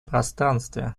пространстве